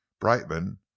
brightman